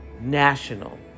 national